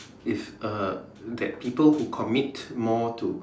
if uh that people who commit more to